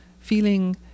feeling